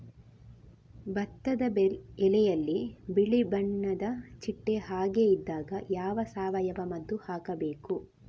ಭತ್ತದ ಎಲೆಯಲ್ಲಿ ಬಿಳಿ ಬಣ್ಣದ ಚಿಟ್ಟೆ ಹಾಗೆ ಇದ್ದಾಗ ಯಾವ ಸಾವಯವ ಮದ್ದು ಹಾಕಬೇಕು?